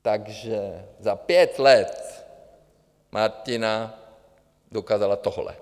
Takže za pět let Martina dokázala tohle.